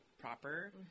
proper